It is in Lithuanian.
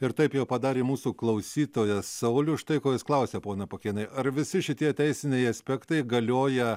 ir taip jau padarė mūsų klausytojas saulius štai ko jis klausia pone pakėnai ar visi šitie teisiniai aspektai galioja